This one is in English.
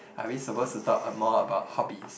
are we supposed to talk a more about hobbies